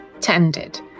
tended